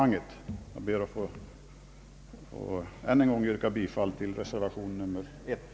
Jag ber än en gång att få yrka bifall till reservation nr 1.